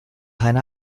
keine